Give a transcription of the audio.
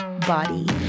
Body